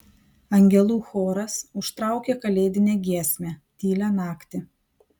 angelų choras užtraukė kalėdinę giesmę tylią naktį